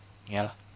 ya lah